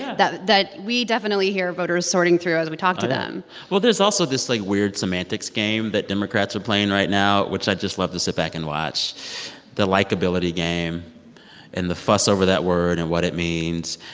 that that we definitely hear voters sorting through as we talk to them well, there's also this, like, weird semantics game that democrats are playing right now, which i just love to sit back and watch the likability game and the fuss over that word and what it means.